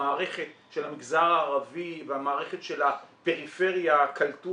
המערכת של המגזר הערבי והמערכת של הפריפריה קלטו